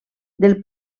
del